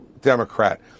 Democrat